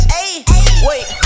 Wait